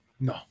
No